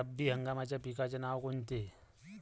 रब्बी हंगामाच्या पिकाचे नावं कोनचे?